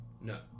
No